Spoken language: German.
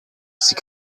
sie